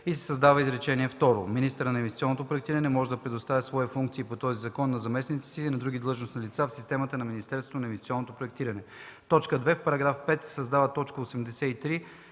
и се създава изречение второ: „Министърът на инвестиционното проектиране може да предостави свои функции по този закон на заместниците си и на други длъжностни лица в системата на Министерството на инвестиционното проектиране.” 2. В § 5 се създава т. 83: